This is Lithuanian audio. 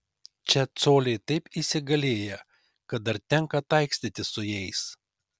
čia coliai taip įsigalėję kad dar tenka taikstytis su jais